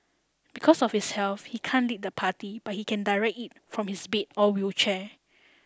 because of his health he can't lead the party but he can direct it from his bed or wheelchair